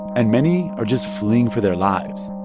and many are just fleeing for their lives.